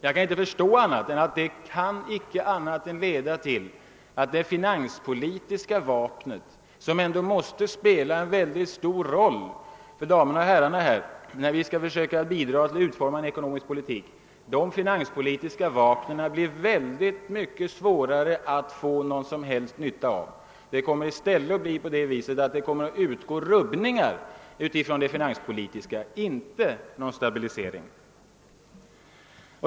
Jag kan inte förstå annat än att detta kommer att leda till att det finanspolitiska vapnet, som ändå måste spela en mycket stor roll för kammarens ledamöter när vi skall försöka bidra till utformningen av den ekonomiska politiken, kommer att bli mycket svårare att använda med utsikt att nå resultat. Finanspolitiken kommer i stället att leda till rubbningar i ekonomin, inte till någon stabilisering.